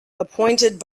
appointed